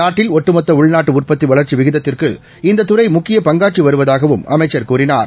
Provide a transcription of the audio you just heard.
நாட்டில் ஒட்டுமொத்தஉள்நாட்டுஉற்பத்திவளா்ச்சிவிகிதத்திற்கு இந்ததுறைமுக்கிய பங்காற்றிவருவதாகவும் அமைச்சர் கூறினார்